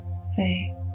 say